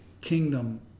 kingdom